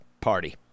party